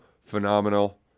phenomenal